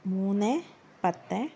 മൂന്ന് പത്ത്